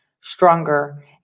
stronger